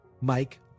Mike